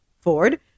Ford